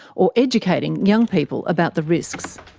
or educating young people about the risks.